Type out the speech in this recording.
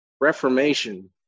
Reformation